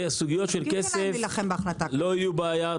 סוגיות של כסף לא יהיו בעיה.